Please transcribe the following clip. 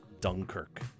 Dunkirk